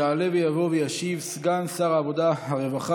יעלה ויבוא וישיב סגן שר העבודה הרווחה